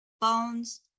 bones